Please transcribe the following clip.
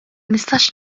nistax